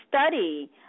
study